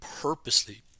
purposely